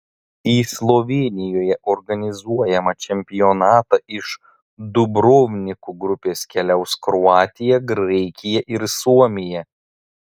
į slovėnijoje organizuojamą čempionatą iš dubrovniko grupės keliaus kroatija graikija ir suomija